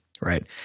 right